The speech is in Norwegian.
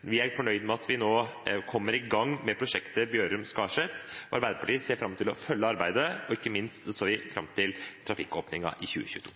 vi er veldig fornøyd med at vi nå går inn for denne saken. Vi er fornøyd med at vi nå kommer i gang med prosjektet Bjørum–Skaret. Arbeiderpartiet ser fram til å følge arbeidet, og ikke minst ser vi fram til trafikkåpningen i 2022.